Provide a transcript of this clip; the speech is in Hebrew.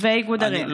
ואיגוד ערים.